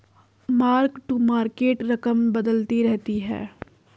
mark to market रकम बदलती रहती है